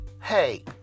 hey